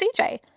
CJ